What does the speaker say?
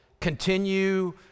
continue